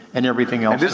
and everything else. this